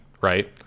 right